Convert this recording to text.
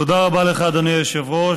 תודה רבה לך, אדוני היושב-ראש.